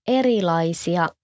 erilaisia